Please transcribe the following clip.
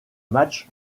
match